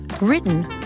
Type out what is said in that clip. written